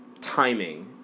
timing